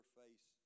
face